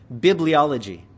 bibliology